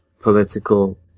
political